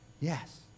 Yes